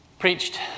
preached